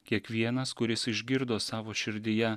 kiekvienas kuris išgirdo savo širdyje